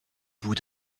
bout